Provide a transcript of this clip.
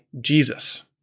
Jesus